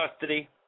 custody